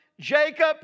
Jacob